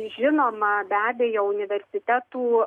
žinoma be abejo universitetų